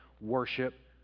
worship